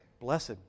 Blessed